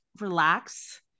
relax